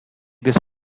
this